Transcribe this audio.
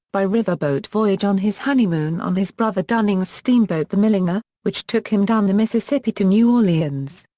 by riverboat voyage on his honeymoon on his brother dunning's steamboat the millinger, which took him down the mississippi to new orleans.